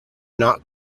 not